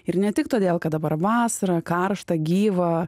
ir ne tik todėl kad dabar vasara karšta gyva